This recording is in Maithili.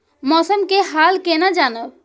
मौसम के हाल केना जानब?